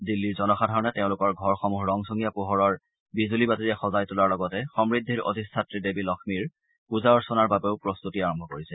দিল্লীৰ জনসাধাৰণে তেওঁলোকৰ ঘৰসমূহ ৰংচঙীয়া পোহৰৰ বিজুলীবাতীৰে সজাই তোলাৰ লগতে সমূদ্ধিৰ অধিষ্ঠাত্ৰী দেৱী লক্ষ্মীৰ পূজা অৰ্চনাৰ বাবেও প্ৰম্ভতি আৰম্ভ কৰিছে